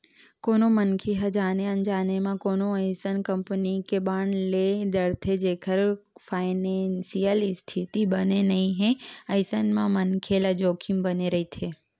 कोनो मनखे ह जाने अनजाने म कोनो अइसन कंपनी के बांड ले डरथे जेखर फानेसियल इस्थिति बने नइ हे अइसन म मनखे ल जोखिम बने रहिथे